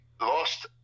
lost